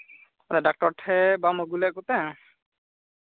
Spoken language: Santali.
ᱰᱟᱠᱛᱚᱨ ᱴᱷᱮᱱ ᱵᱟᱢ ᱟᱹᱜᱩ ᱞᱮᱫ ᱠᱚᱛᱮ